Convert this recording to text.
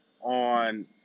on